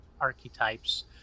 archetypes